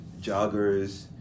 joggers